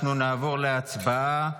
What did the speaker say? אנחנו נעבור להצבעה.